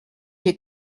j’ai